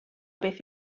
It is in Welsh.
beth